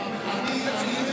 אני מאמין,